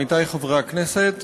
עמיתי חברי הכנסת,